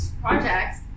projects